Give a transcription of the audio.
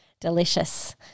Delicious